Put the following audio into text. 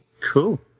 Cool